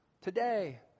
today